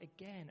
again